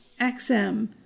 XM